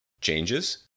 changes